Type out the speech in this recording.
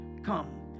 Come